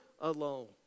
alone